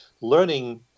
learning